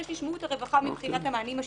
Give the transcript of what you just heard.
שתשמעו את הרווחה מבחינת המענים השיקומיים.